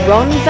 Ron